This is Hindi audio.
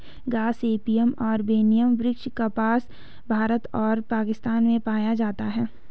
गॉसिपियम आर्बोरियम वृक्ष कपास, भारत और पाकिस्तान में पाया जाता है